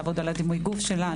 לעבוד על דימוי הגוף שלה,